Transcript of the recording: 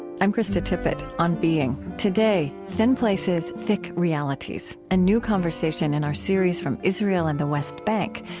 i'm krista tippett, on being. today thin places, thick realities, a new conversation in our series from israel and the west bank,